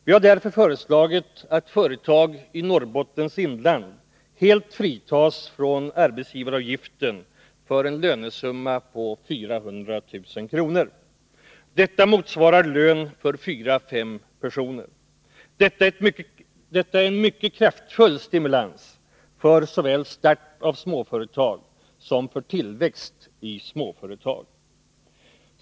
Vi har därför föreslagit att företag i Norrbottens inland helt fritas från arbetsgivaravgiften för en lönesumma på 400 000 kr. Detta motsvarar lön för fyra fem personer. Detta är en mycket kraftfull stimulans för såväl start av småföretag som tillväxt i småföretag.